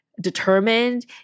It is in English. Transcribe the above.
determined